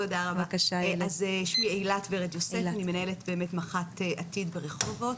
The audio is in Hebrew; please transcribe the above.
אני מנהלת מח"ט עתיד ברחובות,